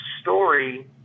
story